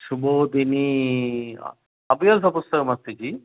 सुबोधिनी अभ्यासपुस्तकमस्ति जि